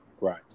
Right